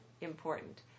important